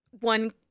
one